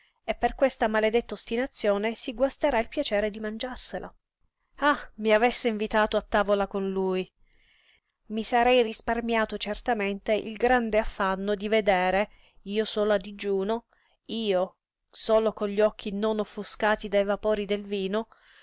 e per questa maledetta ostinazione si guasterà il piacere di mangiarsela ah mi avesse invitato a tavola con lui mi sarei risparmiato certamente il grande affanno di vedere io solo a digiuno io solo con gli occhi non offuscati dai vapori del vino